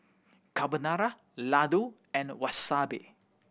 Carbonara Ladoo and Wasabi